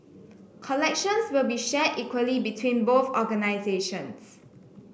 collections will be shared equally between both organisations